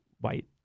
white